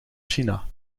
china